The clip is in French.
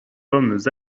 pommes